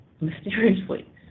mysteriously